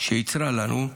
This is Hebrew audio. שהיא יצרה לנו,